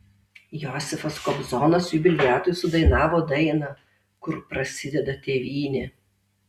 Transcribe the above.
josifas kobzonas jubiliatui sudainavo dainą kur prasideda tėvynė